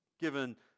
given